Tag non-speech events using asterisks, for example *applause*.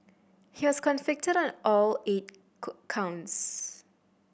he was convicted on all eight *unintelligible* counts